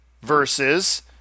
versus